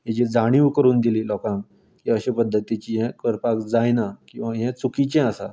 तेजी जाणीव करून दिली लोकांक तर अशे पद्दतीचें हें करपाक जायना किंवां हें चुकीचें आसा